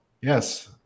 Yes